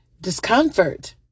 discomfort